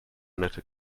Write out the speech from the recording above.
nette